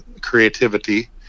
creativity